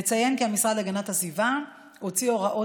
נציין כי המשרד להגנת הסביבה הוציא הוראות